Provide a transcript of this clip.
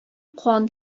кан